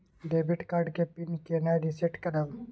Debit card के PIN केना reset करब?